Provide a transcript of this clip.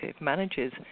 manages